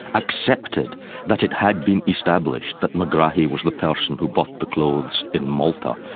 accepted that it had been established that megrahi was the person who bought the clothes in malta,